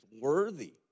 worthy